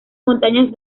montañas